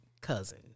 cousin